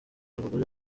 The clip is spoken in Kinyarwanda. abagore